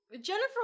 Jennifer